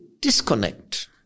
disconnect